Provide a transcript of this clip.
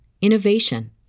innovation